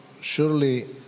surely